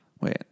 Wait